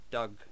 Doug